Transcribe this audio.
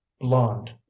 blonde